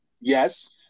Yes